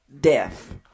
death